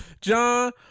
John